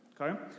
Okay